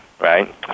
right